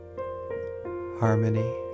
harmony